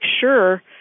sure